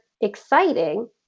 exciting